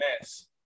mess